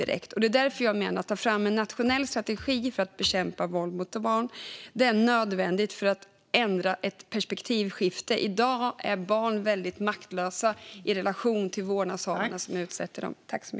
Därför menar jag att det är nödvändigt att ta fram en nationell strategi för att bekämpa våld mot barn och få till stånd ett perspektivskifte. I dag är barn väldigt maktlösa i relation till vårdnadshavare som utsätter dem.